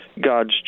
God's